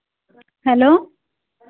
hello